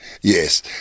yes